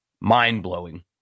mind-blowing